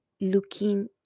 looking